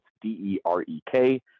D-E-R-E-K